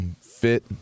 fit